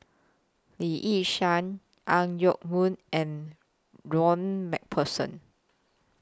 Lee Yi Shyan Ang Yoke Mooi and Ronald MacPherson